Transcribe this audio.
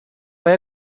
vai